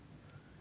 why